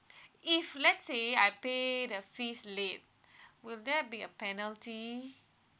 if let's say I pay the fees late will there be a penalty